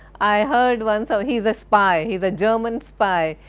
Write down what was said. i heard once, ah he is a spy. he is a german spy,